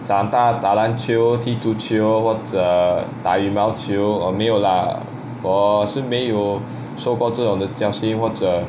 长大打篮球踢足球或者打羽毛球没有啦我是没有受过这的种教训或者